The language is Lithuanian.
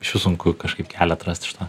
išvis sunku kažkaip kelią atrast iš to